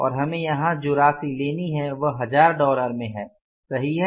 और हमें यहां जो राशि लेनी है वह हजार डॉलर में है सही है